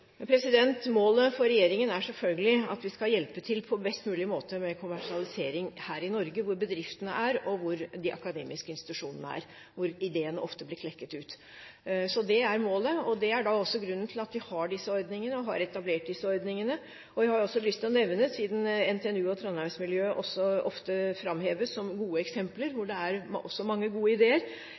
Målet for regjeringen er selvfølgelig at vi skal hjelpe til på best mulig måte med kommersialisering her i Norge hvor bedriftene er, og hvor de akademiske institusjonene er, hvor ideene ofte blir klekket ut. Så det er målet, og det er også grunnen til at vi har etablert disse ordningene. Siden NTNU og trondheimsmiljøet ofte framheves som gode eksempler, hvor det også er mange gode ideer, har jeg lyst til å nevne at der finnes det også et system for kapitalisering av forskningsresultater, Investinor, som er